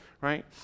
right